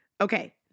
Okay